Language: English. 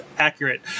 Accurate